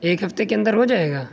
ایک ہفتے کے اندر ہو جائے گا